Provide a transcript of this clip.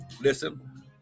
listen